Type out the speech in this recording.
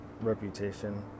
reputation